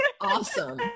awesome